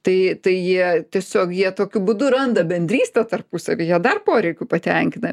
tai tai jie tiesiog jie tokiu būdu randa bendrystę tarpusavy jie dar poreikių patenkina